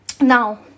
now